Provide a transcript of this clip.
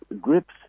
grips